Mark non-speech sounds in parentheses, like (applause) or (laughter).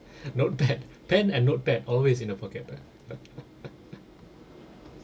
notepad pen and notepad always in the pocket (laughs)